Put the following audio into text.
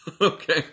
Okay